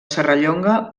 serrallonga